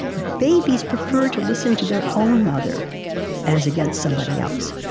babies prefer to listen to their own mother as against somebody else.